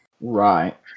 Right